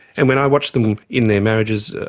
and when i watch them in their marriages,